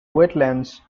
wetlands